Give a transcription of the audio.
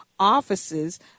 offices